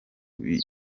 bita